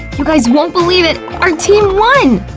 you guys won't believe it! our team won!